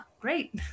great